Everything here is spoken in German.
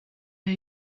wir